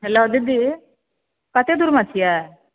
hello दीदी कते दूरमे छियै